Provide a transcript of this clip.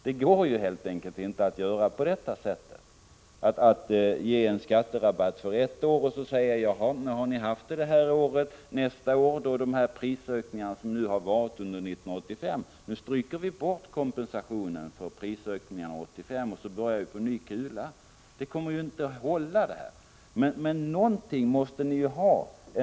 Det går helt enkelt inte att göra på detta sätt. Man kan inte ge en skatterabatt för ett år och sedan säga: Ja, nu har ni haft en skatterabatt detta år. Nästa år stryker vi bort kompensationen för de prisökningar som har varit 1985 och börjar på ny kula. Det kommer inte att hålla. Någon uppfattning måste ni ändå ha.